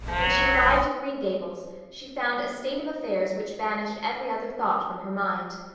when she arrived at green gables she found a state of affairs which banished every other thought from her mind.